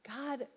God